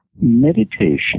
Meditation